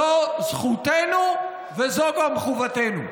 זו זכותנו וזו גם חובתנו.